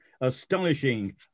astonishing